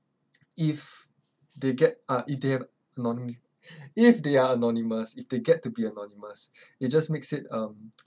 if they get uh if they have anonymous if they are anonymous if they get to be anonymous it just makes it um